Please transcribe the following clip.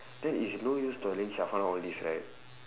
then it's no use to arrange all these right